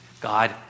God